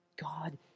God